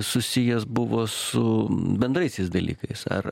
susijęs buvo su bendraisiais dalykais ar